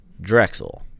Drexel